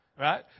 Right